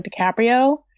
DiCaprio